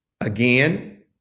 again